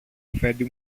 αφέντη